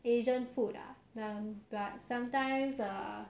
mm